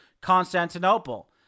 Constantinople